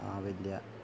ആകില്ല